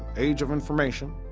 age of information,